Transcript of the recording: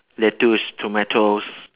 lettuce tomatoes